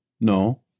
No